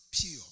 pure